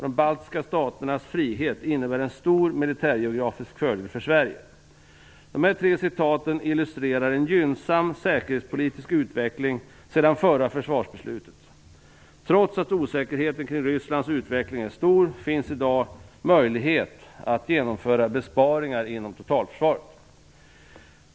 "De baltiska staternas frihet innebär en stor militärgeografisk fördel för Sverige." Dessa tre citat illustrerar en gynnsam säkerhetspolitisk utveckling sedan det förra försvarsbeslutet fattades. Trots att osäkerheten kring Rysslands utveckling är stor, finns det i dag möjlighet att genomföra besparingar inom totalförsvaret.